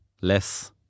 less